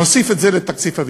נוסיף את זה לתקציב הביטחון.